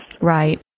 Right